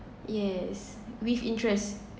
yes with interest